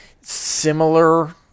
similar